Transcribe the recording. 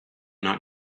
not